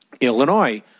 Illinois